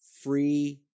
free